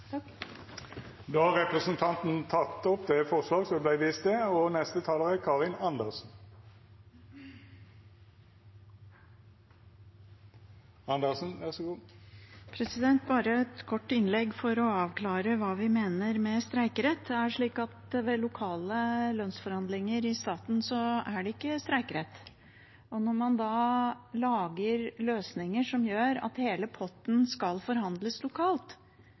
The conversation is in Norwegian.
opp det forslaget ho refererte. Jeg tar bare et kort innlegg for å avklare hva vi mener med streikerett. Det er slik at ved lokale lønnsforhandlinger i staten er det ikke streikerett. Når man da lager løsninger som gjør at hele potten skal forhandles lokalt,